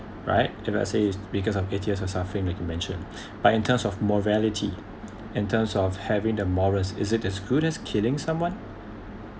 right if let's say is because of eight years of suffering like you mentioned but in terms of morality in terms of having the morals is it as good as killing someone